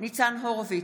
ניצן הורוביץ,